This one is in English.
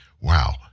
wow